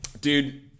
dude